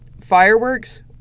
fireworks